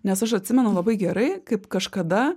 nes aš atsimenu labai gerai kaip kažkada